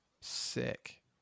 Sick